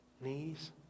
knees